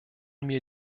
mir